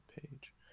page